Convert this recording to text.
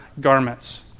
garments